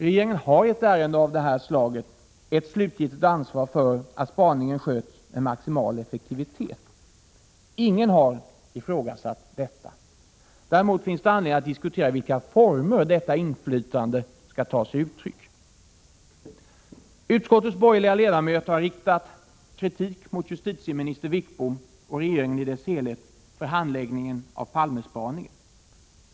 Regeringen har i ett ärende av detta slag ett slutgiltigt ansvar för att spaningen sköts med maximal effektivitet. Ingen har ifrågasatt detta. Däremot finns anledning att diskutera i vilka former detta inflytande skall ta sig uttryck. Utskottets borgerliga ledamöter har riktat kritik mot justitieminister Sten Wickbom och regeringen i dess helhet för handläggningen av Palmespaningen.